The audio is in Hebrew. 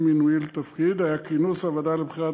עם מינויי לתפקיד היה כינוס הוועדה לבחירת